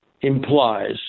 implies